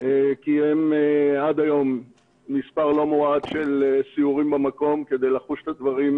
קיים עד היום מספר לא מועט של סיורים במקום כדי לחוש את הדברים,